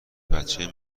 بچه